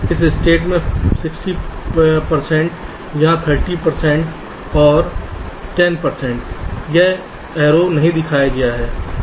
इस स्टेट से 60 प्रतिशत यहाँ 30 प्रतिशत और 10 प्रतिशत यह तीर नहीं दिखाया गया है